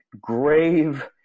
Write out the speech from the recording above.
grave